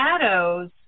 shadows